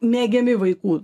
mėgiami vaikų